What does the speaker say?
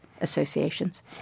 associations